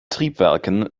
triebwerken